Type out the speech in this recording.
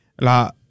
La